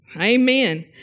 Amen